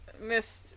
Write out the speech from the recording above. missed